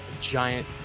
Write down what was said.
giant